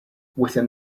within